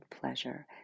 pleasure